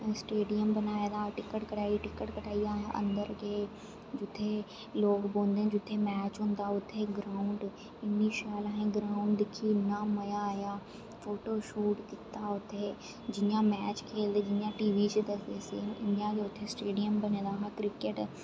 stadium बनाए दा ticket कटाई टिकट कटाइयै अस अन्दर गे जित्थें लोग बौंह्दे जित्थें मैच होंदा उत्थें ग्राउंड इन्नी शैल असें ग्राउंड दिक्खी इन्ना मजा आया फोटो शूट कीता उत्थें जियां मैच खेलदे जियां टी वी च दसदे स्हेई इ'यां गै उत्थें स्टेडियम बने दा हा क्रिकेट